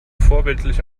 vorbildlich